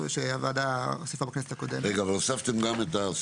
וכן את השיקולים שעל גוף ציבורי לשקול במילוי תפקידו ובהפעלת